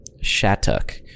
Shattuck